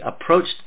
approached